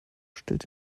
stellt